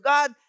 God